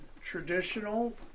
traditional